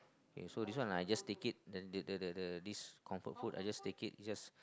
okay so this one I just take it the the the the the this comfort food I just take it it just